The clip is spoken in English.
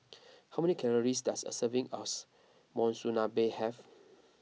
how many calories does a serving us Monsunabe have